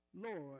Lord